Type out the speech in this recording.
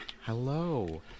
Hello